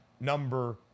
number